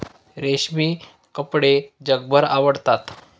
रेशमी कपडे जगभर आवडतात